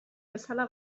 bezala